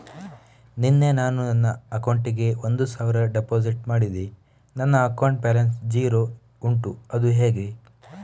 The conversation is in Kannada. ನಿನ್ನೆ ನಾನು ನನ್ನ ಅಕೌಂಟಿಗೆ ಒಂದು ಸಾವಿರ ಡೆಪೋಸಿಟ್ ಮಾಡಿದೆ ನನ್ನ ಅಕೌಂಟ್ ಬ್ಯಾಲೆನ್ಸ್ ಝೀರೋ ಉಂಟು ಅದು ಹೇಗೆ?